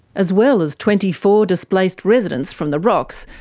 as well as twenty four displaced residents from the rocks,